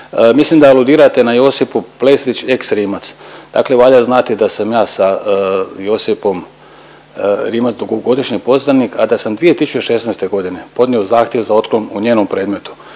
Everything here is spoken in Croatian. Mislim da aludirate na Josipu Pleslić ex Rimac, dakle valja znati da sam ja sa Josipom Rimac dugogodišnji poznanik, a da sam 2016.g. podnio zahtjev za otklon u njenom predmetu.